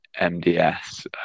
mds